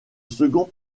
second